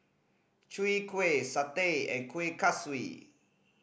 Chwee Kueh satay and Kuih Kaswi